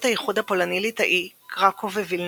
האיחוד הפולני-ליטאי – קרקוב ווילנה,